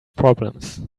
problems